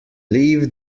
leave